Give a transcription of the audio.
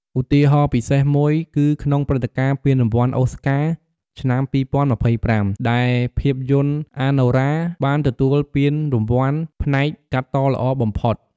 ឧទាហរណ៍ពិសេសមួយគឺក្នុងព្រឹត្តិការណ៍ពានរង្វាន់ អូស្ការ ឆ្នាំ ២០២៥ ដែលភាពយន្ត “អាណូរា” បានទទួលពានរង្វាន់ផ្នែក កាត់តល្អបំផុត។